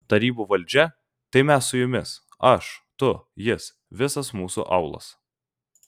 tarybų valdžia tai mes su jumis aš tu jis visas mūsų aūlas